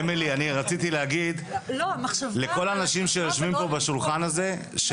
אמילי אני רציתי להגיד לכל האנשים שיושבים פה בשולחן הזה,